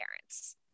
parents